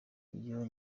iyo